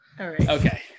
Okay